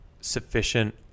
sufficient